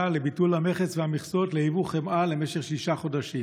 לביטול המכס והמכסות ליבוא חמאה למשך שישה חודשים.